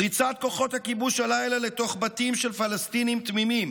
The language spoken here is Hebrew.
פריצת כוחות הכיבוש הלילה לתוך בתים של פלסטינים תמימים